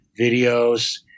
videos